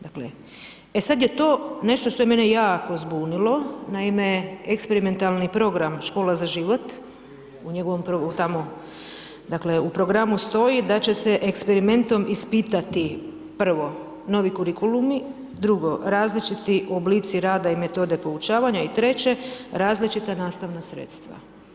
Dakle, e sada je to nešto što je mene jako zbunilo, naime, eksperimentalni program škola za život u njegovom tamo, dakle u programu stoji da će se eksperimentom ispitati prvo novi kurikulumu, drugo različiti oblici rada i metode poučavanja i treće različita nastavna sredstva.